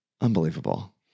Unbelievable